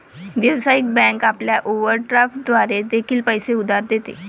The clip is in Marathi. व्यावसायिक बँक आपल्याला ओव्हरड्राफ्ट द्वारे देखील पैसे उधार देते